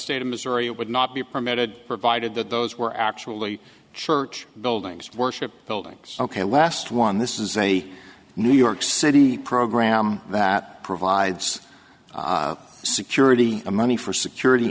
state of missouri it would not be permitted provided that those were actually church buildings worship buildings ok last one this is a new york city program that provides security money for security